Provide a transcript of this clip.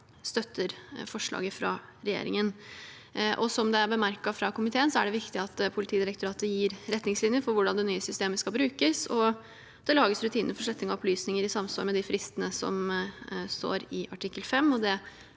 støtter forslaget fra regjeringen. Som det er bemerket fra komiteen, er det viktig at Politidirektoratet gir retningslinjer for hvordan det nye systemet skal brukes, og at det lages rutiner for sletting av opplysninger i samsvar med de fristene som står i artikkel 5.